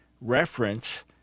reference